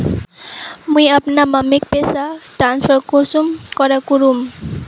मुई अपना मम्मीक पैसा ट्रांसफर कुंसम करे करूम?